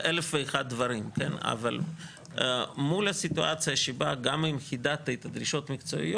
אז לא סתם נקבע בחוק שזה ראש אגף איכות אויר.